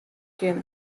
kinne